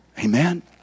Amen